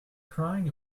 crying